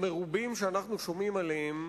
המרובים, שאנחנו שומעים עליהם,